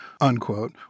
unquote